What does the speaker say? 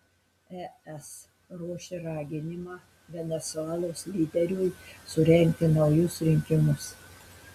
es ruošia raginimą venesuelos lyderiui surengti naujus rinkimus